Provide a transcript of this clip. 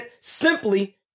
simply